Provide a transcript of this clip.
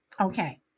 Okay